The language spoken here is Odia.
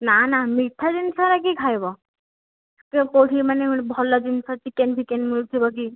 ନା ନା ମିଠା ଜିନିଷଗୁଡା କିଏ ଖାଇବ କିଏ କେଉଁଠି ମାନେ ଭଲ ଜିନିଷ ଚିକେନ୍ ଫିକେନ୍ ମିଳୁଥିବ କି